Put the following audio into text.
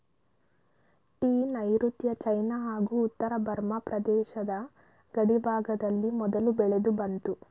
tea ನೈರುತ್ಯ China ಹಾಗೂ ಉತ್ತರ ಬರ್ಮ ದೇಶದ ಗಡಿಭಾಗದಲ್ಲಿ ಮೊದಲು ಬೆಳೆದುಬಂತು